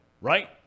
right